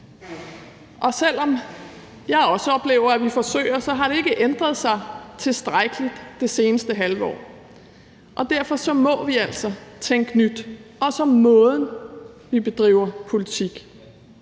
Og selv om jeg også oplever, at vi forsøger, har det ikke ændret sig tilstrækkeligt det seneste halve år, og derfor må vi altså tænke nyt, også om måden, vi bedriver politik